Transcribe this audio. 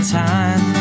time